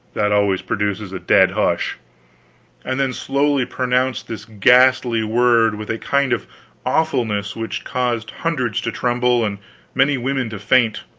that always produces a dead hush and then slowly pronounced this ghastly word with a kind of awfulness which caused hundreds to tremble, and many women to faint